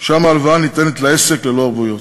ששם ההלוואה ניתנת לעסק ללא ערבויות.